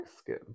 skin